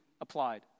applied